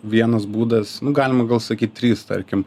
vienas būdas nu galima gal sakyt trys tarkim